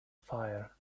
fire